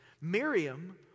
Miriam